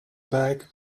bag